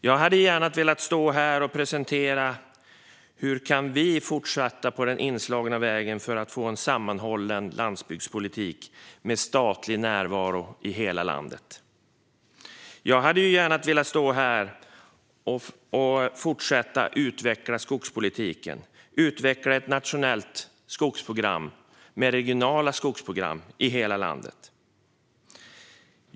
Jag hade gärna velat stå här och presentera hur vi kan fortsätta på den inslagna vägen för att få en sammanhållen landsbygd med statlig närvaro i hela landet. Jag hade gärna velat stå här och fortsätta att utveckla skogspolitiken och ett nationellt skogsprogram, med regionala skogsprogram i hela landet.